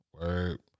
word